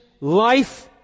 life